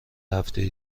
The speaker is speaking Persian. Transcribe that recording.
هفته